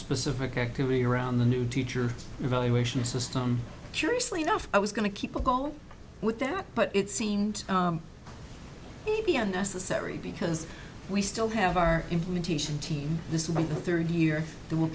specific activity around the new teacher evaluation system curiously enough i was going to keep a goal with that but it seemed to be unnecessary because we still have our implementation team this week the third year they will